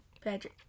Patrick